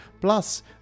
Plus